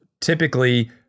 typically